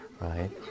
right